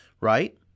Right